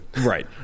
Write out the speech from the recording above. Right